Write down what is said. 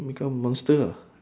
then become monster lah